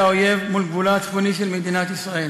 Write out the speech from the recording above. האויב מול גבולה הצפוני של מדינת ישראל